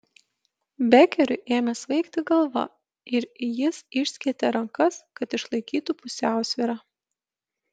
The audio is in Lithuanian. bekeriui ėmė svaigti galva ir jis išskėtė rankas kad išlaikytų pusiausvyrą